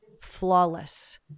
flawless